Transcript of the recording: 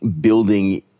building